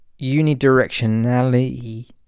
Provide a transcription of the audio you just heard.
unidirectionality